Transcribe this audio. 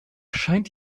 scheint